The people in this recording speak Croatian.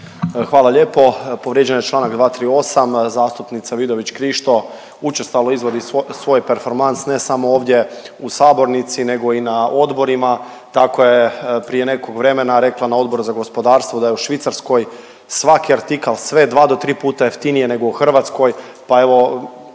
Hvala lijepo. Povrijeđen je Članak 238., zastupnica Vidović Krišto učestalo izvodi svoj performans ne samo ovdje u sabornici nego i na odborima. Tako je prije nekog vremena rekla na Odboru za gospodarstvo da je u Švicarskoj svaki artikal sve 2 do 3 puta jeftinije nego u Hrvatskoj,